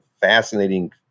fascinating